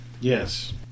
Yes